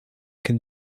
can